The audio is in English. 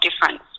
difference